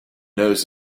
knows